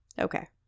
Okay